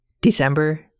December